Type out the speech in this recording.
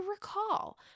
recall